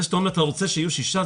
זה שאתה אומר שאתה לא רוצה שיהיו שישה,